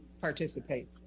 participate